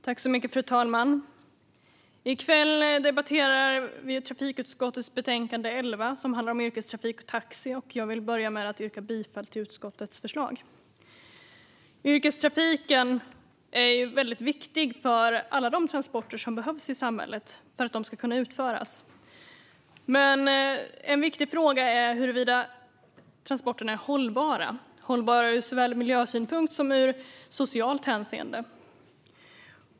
Fru talman! I kväll debatterar vi trafikutskottets betänkande 11, som handlar om yrkestrafik och taxi, och jag vill börja med att yrka bifall till utskottets förslag. Yrkestrafiken är väldigt viktig för att alla de transporter som behövs i samhället ska kunna utföras. En viktig fråga är huruvida transporterna är hållbara ur såväl miljösynpunkt som socialt hänseende.